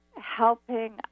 helping